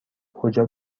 کجا